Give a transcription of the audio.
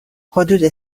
حدود